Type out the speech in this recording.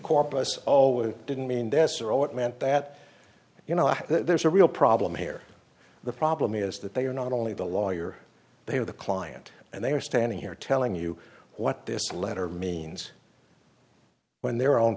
corpus oh we didn't mean this or oh it meant that you know there's a real problem here the problem is that they are not only the lawyer they are the client and they are standing here telling you what this letter means when their own